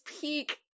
peak